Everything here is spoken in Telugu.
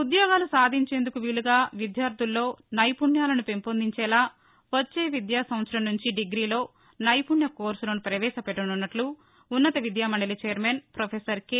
ఉద్యోగాలు సాధించేందుకు వీలుగా విద్యార్దుల్లో నైపుణ్యాలను పెంపొందించేందించేలా వచ్చే విద్యా సంవత్సరం నుంచి డిగ్రీలో నైపుణ్య కోర్సులను ప్రవేశపెట్లనున్నట్లు ఉన్నత విద్యామండలి ఛైర్మన్ ప్రొఫెసర్ కె